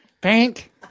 Pink